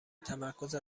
تمرکز